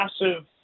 massive